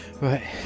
right